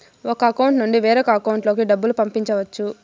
ఒక అకౌంట్ నుండి వేరొక అకౌంట్ లోకి డబ్బులు పంపించవచ్చు